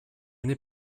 n’ai